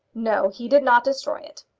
no, he did not destroy it.